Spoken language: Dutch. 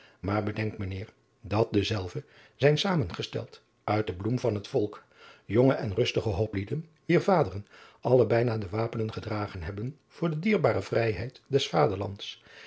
aar bedenk mijn eer dat dezelve zijn zamengesteld uit de bloem van het volk jonge en rustige oplieden wier vaderen alle bijna de wapenen gedragen hebben voor de dierbare vrijheid des vaderlands